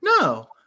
No